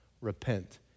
repent